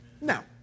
Now